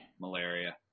Malaria